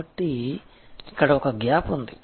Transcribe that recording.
కాబట్టి ఇక్కడ ఒక గ్యాప్ ఉంది